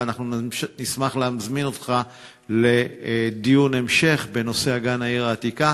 ואנחנו נשמח להזמין אותך לדיון המשך בנושא אגן העיר העתיקה.